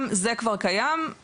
גם זה כבר קיים,